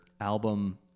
album